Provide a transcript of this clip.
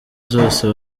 zose